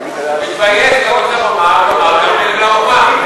מתבייש לעלות לבמה ולומר דברים לאומה.